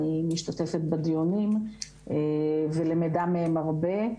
אני משתתפת בדיונים ולמֵדה מהם הרבה.